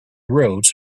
roads